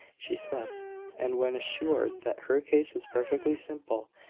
she slept and when assured that her case was perfectly simple,